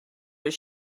that